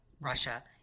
Russia